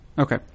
Okay